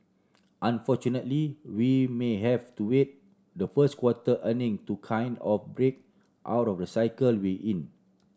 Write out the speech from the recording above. unfortunately we may have to wait the first quarter earning to kind of break out of the cycle we're in